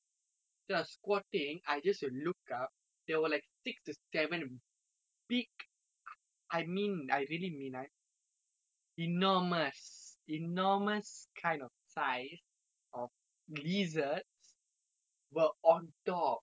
so I was squatting I just look up there were like six to seven big I mean I really mean like enormous enormous kind of size of lizards were on top